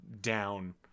down